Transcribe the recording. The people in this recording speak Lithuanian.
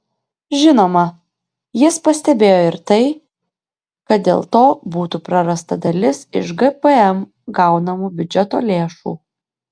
žinoma jis pastebėjo ir tai kad dėl to būtų prarasta dalis iš gpm gaunamų biudžeto lėšų